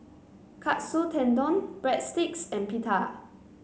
Katsu Tendon Breadsticks and Pita